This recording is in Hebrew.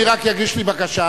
אדוני רק יגיש לי בקשה,